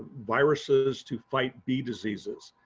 viruses to fight bee diseases.